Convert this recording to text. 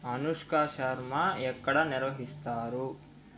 అనుష్కా శర్మ ఎక్కడ నిర్వహిస్తారు